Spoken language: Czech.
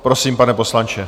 Prosím, pane poslanče.